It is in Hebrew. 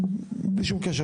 בלי שום קשר,